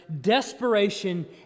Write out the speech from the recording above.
desperation